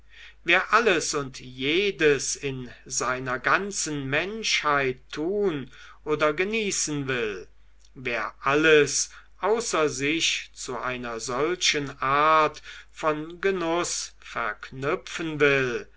wer alles und jedes in seiner ganzen menschheit tun oder genießen will wer alles außer sich zu einer solchen art von genuß verknüpfen will